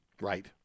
Right